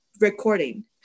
recording